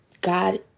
God